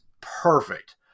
Perfect